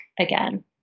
again